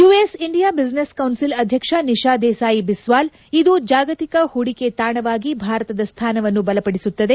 US India business council ಅಧ್ಯಕ್ಷ ನಿಶಾ ದೇಸಾಯಿ ಬಿಸ್ನಾಲ್ ಇದು ಜಾಗತಿಕ ಹೂಡಿಕೆ ತಾಣವಾಗಿ ಭಾರತದ ಸ್ಥಾನವನ್ನು ಬಲಪಡಿಸುತ್ತದೆ